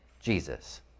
Jesus